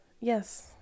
Yes